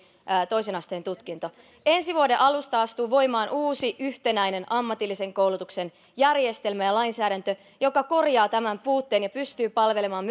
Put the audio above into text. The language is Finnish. toisen asteen tutkinto ensi vuoden alusta astuu voimaan uusi yhtenäinen ammatillisen koulutuksen järjestelmä ja lainsäädäntö joka korjaa tämän puutteen ja pystyy palvelemaan